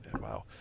Wow